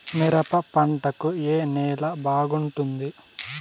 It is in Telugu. మిరప పంట కు ఏ నేల బాగుంటుంది?